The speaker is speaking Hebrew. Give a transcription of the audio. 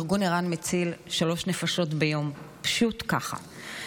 ארגון ער"ן מציל שלוש נפשות ביום, פשוט ככה,